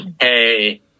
hey